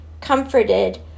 comforted